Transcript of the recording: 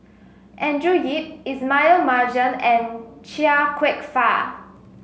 Andrew Yip Ismail Marjan and Chia Kwek Fah